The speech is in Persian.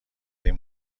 این